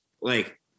Like-